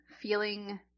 feeling